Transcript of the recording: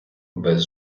без